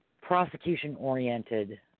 prosecution-oriented